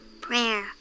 Prayer